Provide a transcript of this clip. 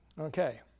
Okay